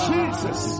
Jesus